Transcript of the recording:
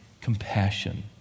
compassion